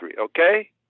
okay